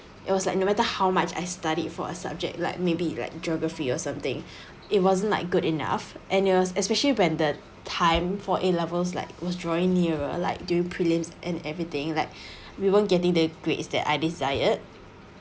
it was like no matter how much I studied for a subject like maybe like geography or something it wasn't like good enough and it was especially when the time for A levels like was drawing nearer like doing prelims and everything like we weren't getting the grades that I desired